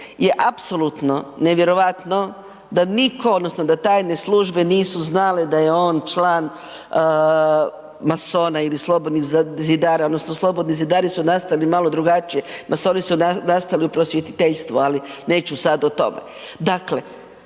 je apsolutno nevjerojatno da niko odnosno da tajne službe nisu znale da je on član masona ili slobodnih zidara odnosno slobodni zidari su nastali malo drugačije, masoni su nastali u prosvjetiteljstvu, ali neću sad o tome.